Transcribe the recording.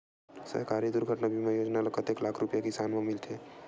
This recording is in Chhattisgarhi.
सहकारी दुर्घटना बीमा योजना म कतेक लाख रुपिया किसान ल मिलथे?